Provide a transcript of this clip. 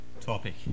topic